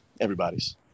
everybody's